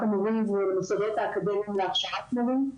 המורים ולמוסדות האקדמיים להכשרת מורים.